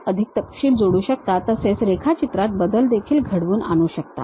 त्यात अधिक तपशील जोडू शकता तसेच रेखाचित्रात बदल देखील घडवून आणू शकता